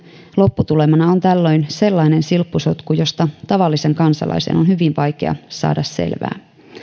lopputulemana on tällöin sellainen silppusotku josta tavallisen kansalaisen on on hyvin vaikea saada selvää ei